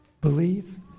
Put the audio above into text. Believe